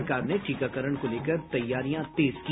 सरकार ने टीकाकरण को लेकर तैयारियां तेज की